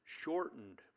shortened